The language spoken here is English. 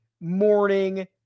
morning